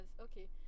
okay